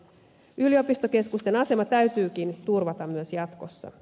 yliopistokeskusten asema täytyykin turvata myös jatkossa